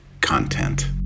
content